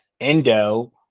Endo